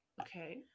Okay